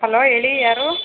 hello ಹೇಳಿ ಯಾರು